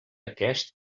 aquest